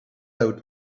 out